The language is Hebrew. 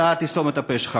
אתה, תסתום את הפה שלך.